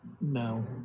No